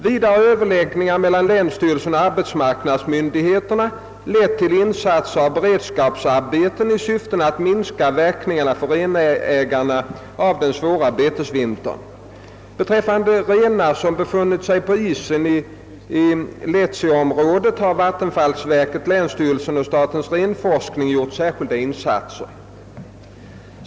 Vidare har överläggningar mellan länsstyrelsen och arbetsmarknadsmyndigheterna lett till insatser av beredskapsarbeten i syfte att minska verkningarna för renägarna av den svåra betesvintern. Beträffande renar som befunnit sig på isen i Letsi-området har vattenfallsverket, länsstyrelsen och statens renforskning gjort särskilda insatser.